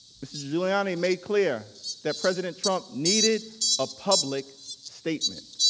mr giuliani made clear that president trump needed a public statement.